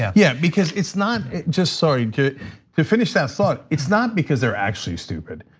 yeah. yeah, because it's not just, sorry, to to finish that thought. it's not because they're actually stupid.